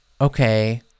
okay